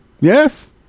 Yes